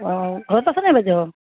অঁ ঘৰত আছে নাই বাইদেউ